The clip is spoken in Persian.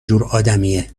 جورآدمیه